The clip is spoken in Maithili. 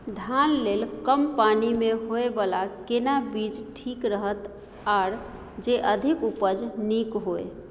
धान लेल कम पानी मे होयबला केना बीज ठीक रहत आर जे अधिक उपज नीक होय?